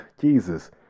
Jesus